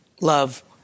love